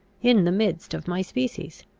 in the midst of my species.